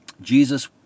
Jesus